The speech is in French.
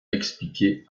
expliquer